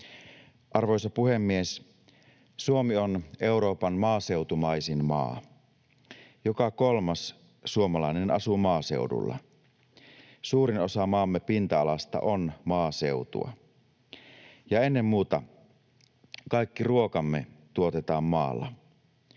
Arvoisa puhemies! Suomi on Euroopan maaseutumaisin maa. Joka kolmas suomalainen asuu maaseudulla, suurin osa maamme pinta-alasta on maaseutua, ja ennen muuta kaikki ruokamme tuotetaan maalla.